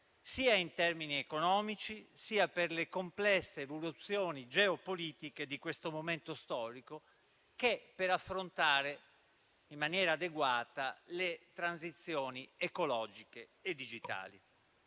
sia in termini economici, sia per le complesse evoluzioni geopolitiche di questo momento storico, sia per affrontare in maniera adeguata le transizioni ecologiche e digitali.